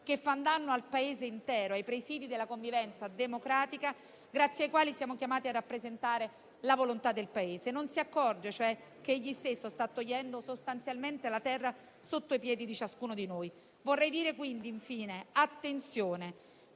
così fa un danno al Paese intero, ai presidi della convivenza democratica grazie ai quali siamo chiamati a rappresentare la volontà del Paese. Non si accorge che egli stesso sta togliendo sostanzialmente la terra sotto i piedi di ciascuno di noi. Vorrei dire, infine, di fare attenzione.